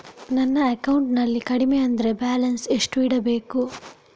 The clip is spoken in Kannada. ನನ್ನ ಅಕೌಂಟಿನಲ್ಲಿ ಕಡಿಮೆ ಅಂದ್ರೆ ಬ್ಯಾಲೆನ್ಸ್ ಎಷ್ಟು ಇಡಬೇಕು?